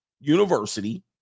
university